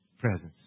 presence